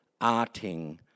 arting